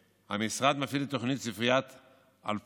שהמשרד מפעיל את התוכנית "ספריית אל-פאנוס",